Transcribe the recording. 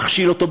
מכשיל אותו,